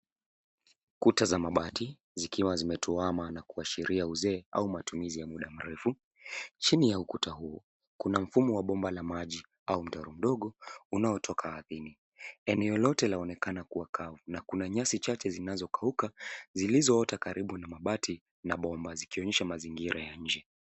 Kuta za mabati zikiwa zimetoama na kuashiria uzee au matumizi ya muda mrefu. Chini ya ukuta huu kuna mfumo wa bomba la maji au mtaro mdogo unaotoka ardhini. Eneo lote laonekana kuwa kavu na kuna nyasi chache zinazokauka, zilizo ota karibu na mabati na bomba zikionyesha mazingira ya nje.